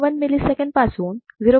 1 milliseconds पासून 0